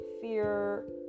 fear